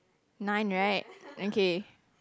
nine right okay